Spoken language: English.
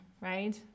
right